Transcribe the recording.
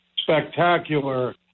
spectacular